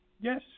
yes